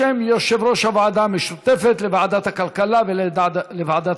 בשם יושב-ראש הוועדה המשותפת לוועדת הכלכלה ולוועדת